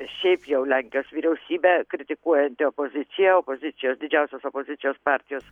šiaip jau lenkijos vyriausybę kritikuojanti opozicija opozicijos didžiausios opozicijos partijos